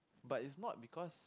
but is not because